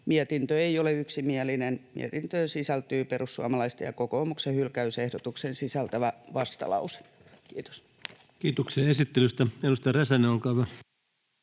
Mietintö ei ole yksimielinen. Mietintöön sisältyy perussuomalaisten ja kokoomuksen hylkäysehdotuksen sisältävä vastalause. — Kiitos. [Speech 77] Speaker: Ensimmäinen varapuhemies